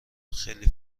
خیلی